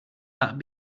that